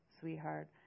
Sweetheart